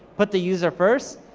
put the user first.